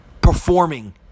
performing